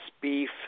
beef